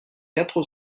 quatre